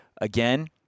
again